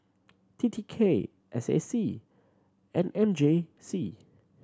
T T K S A C and M J C